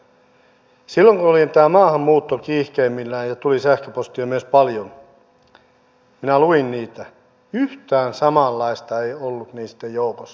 silloin kun oli tämä maahanmuutto kiihkeimmillään ja tuli sähköpostia myös paljon minä luin niitä ja yhtään samanlaista ei ollut niitten joukossa